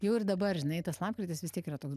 jau ir dabar žinai tas lapkritis vis tiek yra toks